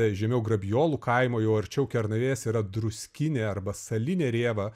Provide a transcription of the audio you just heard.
žemiau grabijolų kaimo jau arčiau kernavės yra druskinė arba salinė rėva